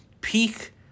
peak